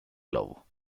lobo